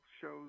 shows